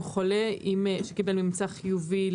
הוא חולה שקיבל ממצא חיובי,